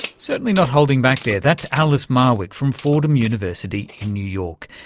certainly not holding back there, that's alice marwick from fordham university in new york,